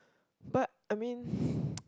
but I mean